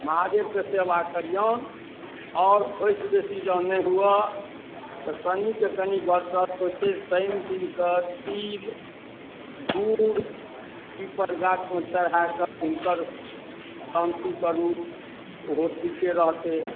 महादेब के सेवा करियौन आओर ओहिसँ बेसी जाउ नहि हुअ तऽ कनि सँ कनि बड़ तऽ हेतै शनि दिनकऽ तिल गुड़ पीपर गाछ मे चढ़ा कऽ हुनकर शान्ति करू ओहो ठीके रहतै